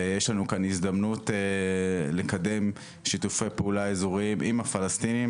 יש לנו כאן הזדמנות לקדם שיתופי פעולה אזוריים עם הפלסטינים.